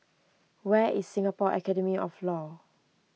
where is Singapore Academy of Law